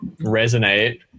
resonate